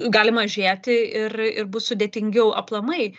gali mažėti ir ir bus sudėtingiau aplamai